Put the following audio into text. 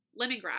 Lemongrass